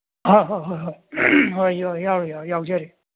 ꯍꯣꯏ ꯍꯣꯏ ꯍꯣꯏ ꯍꯣꯏ ꯍꯣꯏ ꯌꯥꯎꯔꯤ ꯌꯥꯎꯖꯔꯤ